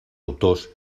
autors